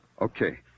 Okay